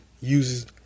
uses